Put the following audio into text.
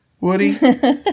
Woody